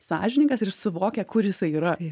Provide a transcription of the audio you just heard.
sąžiningas ir suvokia kur jisai yra